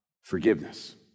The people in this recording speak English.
forgiveness